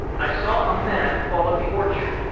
i saw a man fall in the orchard,